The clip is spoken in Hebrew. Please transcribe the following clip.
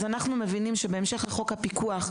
אז אנחנו מבינים שבהמשך לחוק הפיקוח,